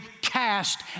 cast